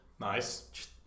Nice